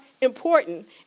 important